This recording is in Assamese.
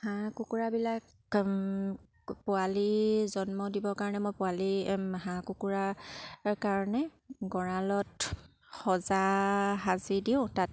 হাঁহ কুকুৰাবিলাক পোৱালি জন্ম দিবৰ কাৰণে মই পোৱালি হাঁহ কুকুৰাৰ কাৰণে গড়ালত সজা সাজি দিওঁ তাত